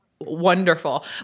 wonderful